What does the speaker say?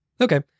Okay